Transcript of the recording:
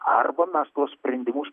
arba mes tuos sprendimus